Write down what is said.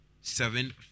seven